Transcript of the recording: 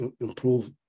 improve